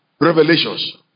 revelations